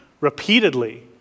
repeatedly